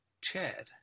Chad